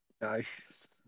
Nice